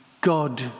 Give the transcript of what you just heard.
God